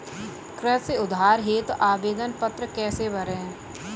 कृषि उधार हेतु आवेदन पत्र कैसे भरें?